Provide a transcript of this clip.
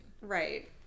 Right